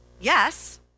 yes